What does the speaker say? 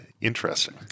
interesting